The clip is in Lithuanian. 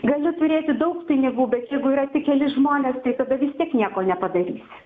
gali turėti daug pinigų bet jeigu yra tik keli žmonės tiai tada vis tiek nieko nepadarysi